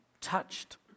touched